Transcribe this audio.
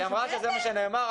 היא אמרה שזה מה שנאמר כאן.